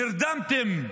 נרדמתם,